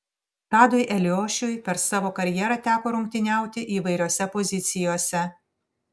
tadui eliošiui per savo karjerą teko rungtyniauti įvairiose pozicijose